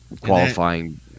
qualifying